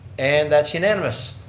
and that's unanimous.